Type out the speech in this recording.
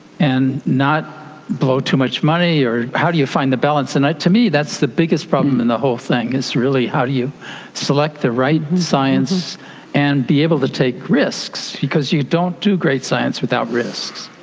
and not blow too much money? how do you find the balance? and to me that's the biggest problem in the whole thing, is really how do you select the right science and be able to take risks, because you don't do great science without risks.